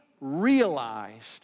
realized